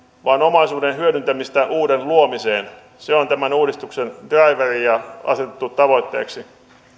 vaan omaisuuden hyödyntämistä uuden luomiseen se on tämän uudistuksen draiveri ja asetettu tavoitteeksi